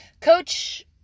Coach